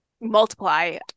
multiply